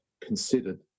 considered